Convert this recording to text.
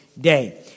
Day